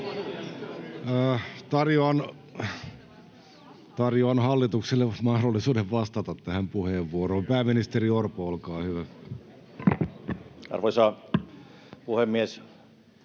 Tarjoan hallitukselle mahdollisuuden vastata tähän puheenvuoroon. — Pääministeri Orpo, olkaa hyvä. Arvoisa puhemies!